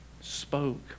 spoke